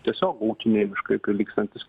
tiesiog ūkiniai miškai prilygstantys